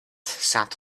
sat